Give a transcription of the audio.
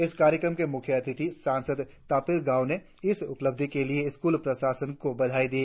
इस कार्यक्रम के मुख्य अतिथि सांसद तापिर गाव ने इस उपलब्धि के लिए स्कूल प्रशासन को बधाई दी